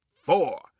four